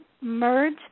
merge